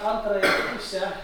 antrąją pusę